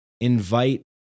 invite